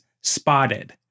Spotted